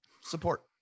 support